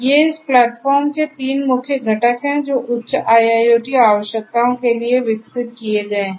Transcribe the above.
ये इस प्लेटफ़ॉर्म के तीन मुख्य घटक हैं जो उच्च IIoT आवश्यकताओं के लिए विकसित किए गए हैं